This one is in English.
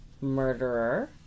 murderer